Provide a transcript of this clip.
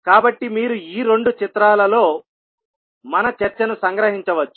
కాబట్టి మీరు ఈ రెండు చిత్రాలలో మన చర్చను సంగ్రహించవచ్చు